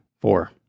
four